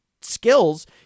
skills